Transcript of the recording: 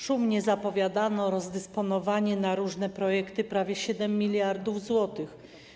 Szumnie zapowiadano rozdysponowanie na różne projekty prawie 7 mld zł.